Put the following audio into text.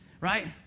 right